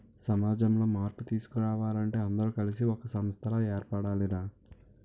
సమాజంలో మార్పు తీసుకురావాలంటే అందరూ కలిసి ఒక సంస్థలా ఏర్పడాలి రా